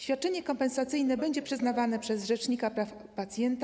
Świadczenie kompensacyjne będzie przyznawane przez rzecznika praw pacjenta.